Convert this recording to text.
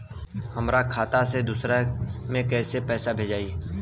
हमरा खाता से दूसरा में कैसे पैसा भेजाई?